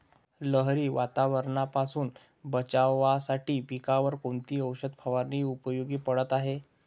लहरी वातावरणापासून बचावासाठी पिकांवर कोणती औषध फवारणी उपयोगी पडत आहे?